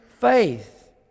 faith